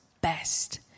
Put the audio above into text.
best